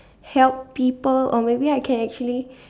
help people or maybe I can actually